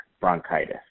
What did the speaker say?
bronchitis